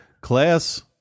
Class